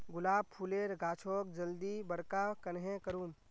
गुलाब फूलेर गाछोक जल्दी बड़का कन्हे करूम?